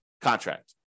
contract